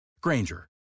Granger